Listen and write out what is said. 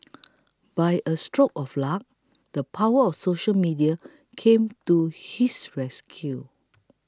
by a stroke of luck the power of social media came to his rescue